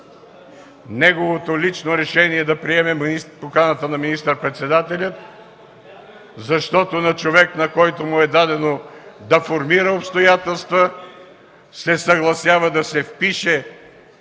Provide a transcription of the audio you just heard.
неговото лично решение да приеме поканата на министър-председателя, защото на човек, на който му е дадено да формира обстоятелства, се съгласява да се впише